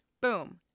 Boom